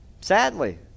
Sadly